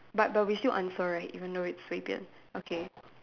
but there will be still answer right even though it's 随便